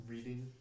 Reading